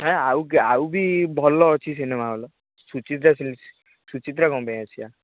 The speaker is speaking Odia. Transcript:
ଏ ଆଉ ବି ଆଉ ବି ଭଲ ଅଛି ସିନେମା ହଲ୍ ସୁଚିତ୍ରା ସୁଚିତ୍ରା କ'ଣ ପାଇଁ ଆସିବା